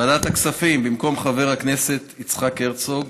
בוועדת הכספים, במקום חבר הכנסת יצחק הרצוג,